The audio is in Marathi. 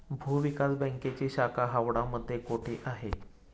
भूविकास बँकेची शाखा हावडा मध्ये कोठे आहे?